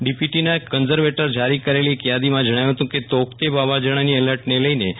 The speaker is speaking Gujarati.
ડીપીટીના કન્ઝર્વેન્ટર જારી કરેલી એક થાદીમાં જણાવ્યું હતુ કે તૌકતે વાવાઝોડાની એલર્ટને લઈનેતા